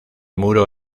muro